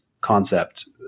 concept